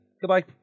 Goodbye